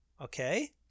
okay